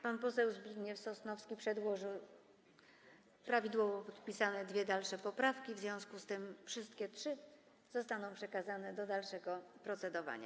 Pan poseł Zbigniew Sosnowski przedłożył prawidłowo podpisane dwie dalsze poprawki, w związku z tym wszystkie trzy zostaną przekazane do dalszego procedowania.